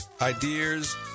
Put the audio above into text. ideas